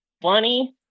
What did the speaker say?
funny